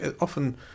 often